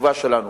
החשובה שלנו.